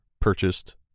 purchased